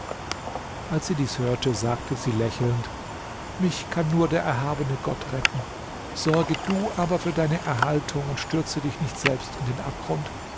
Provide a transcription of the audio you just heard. als sie dies hörte sagte sie lächelnd mich kann nur der erhabene gott retten sorge du aber für deine erhaltung und stürze dich nicht selbst in den abgrund